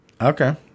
Okay